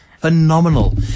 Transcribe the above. phenomenal